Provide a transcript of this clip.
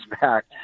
back